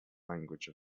language